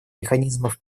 механизмов